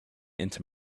into